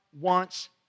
wants